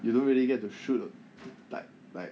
you don't really get to shoot like like